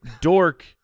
dork